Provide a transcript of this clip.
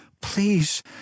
Please